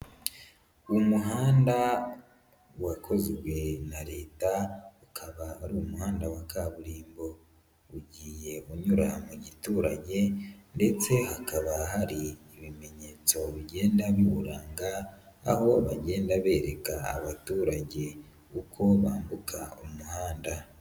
Umuhanda wakozwe na Leta ukaba ari umuhanda wa kaburimbo, ugiye unyura mu giturage ndetse hakaba hari ibimenyetso bigenda biwuranga, aho bagenda bereka abaturage uko bambuka umuhanda.